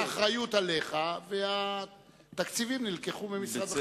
האחריות עליך והתקציבים נלקחו ממשרד החינוך.